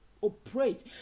operate